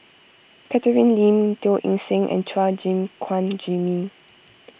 Catherine Lim Teo Eng Seng and Chua Gim Guan Jimmy